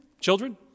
children